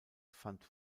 fand